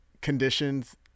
conditions